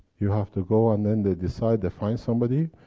you have to go and then they decide to find somebody.